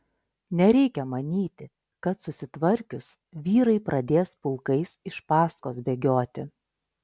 nereikia manyti kad susitvarkius vyrai pradės pulkais iš paskos bėgioti